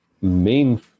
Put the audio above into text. main